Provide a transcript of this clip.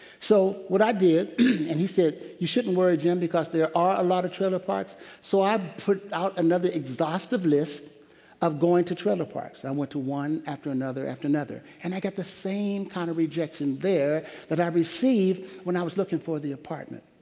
so, what i did and he said, you shouldn't worry, jim, because there are a lot of trailer parks so i put out another exhaustive list of going to trailer parks. and i went to one after another, after another. and i got the same kind of rejection there that i received when i was looking for the apartment.